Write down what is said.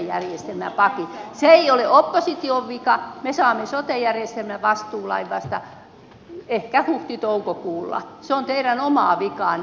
se ei ole opposition vika me saamme sote järjestelmävastuulain vasta ehkä huhtitoukokuulla se on teidän omaa vikaanne